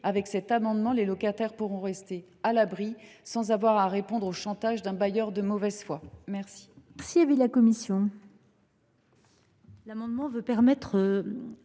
Avec cet amendement, les locataires pourront rester à l’abri sans avoir à répondre au chantage d’un bailleur de mauvaise foi. Quel